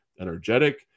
energetic